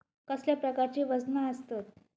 कसल्या प्रकारची वजना आसतत?